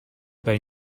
they